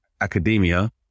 academia